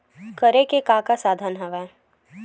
करे के का का साधन हवय?